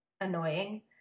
annoying